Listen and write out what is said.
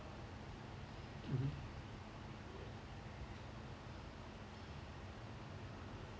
mmhmm